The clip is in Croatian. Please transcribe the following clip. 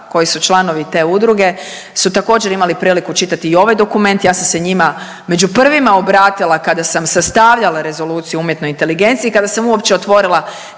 koji su članovi te udruge su također imali priliku čitati i ovaj dokument, ja sam se njima među prvima obratila kada sam sastavljala Rezoluciju o umjetnoj inteligenciji i kada sam uopće otvorila